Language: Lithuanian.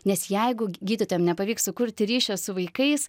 nes jeigu gydytojam nepavyks sukurti ryšio su vaikais